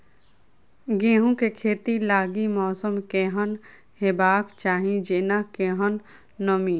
गेंहूँ खेती लागि मौसम केहन हेबाक चाहि जेना केहन नमी?